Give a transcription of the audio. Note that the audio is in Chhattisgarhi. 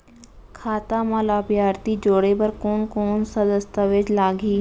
खाता म लाभार्थी जोड़े बर कोन कोन स दस्तावेज लागही?